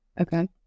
Okay